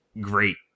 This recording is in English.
great